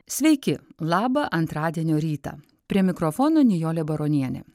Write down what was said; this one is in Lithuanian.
sveiki labą antradienio rytą prie mikrofono nijolė baronienė